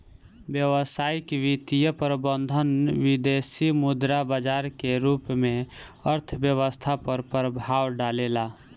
व्यावसायिक वित्तीय प्रबंधन विदेसी मुद्रा बाजार के रूप में अर्थव्यस्था पर प्रभाव डालेला